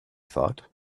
thought